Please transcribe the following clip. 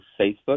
Facebook